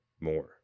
more